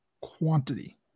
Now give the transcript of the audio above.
quantity